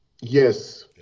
Yes